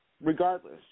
regardless